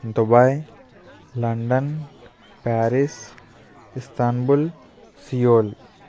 Dubai London Paris Istanbul Seoul